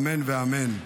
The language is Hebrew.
אמן ואמן.